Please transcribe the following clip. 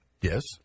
Yes